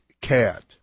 cat